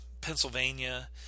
pennsylvania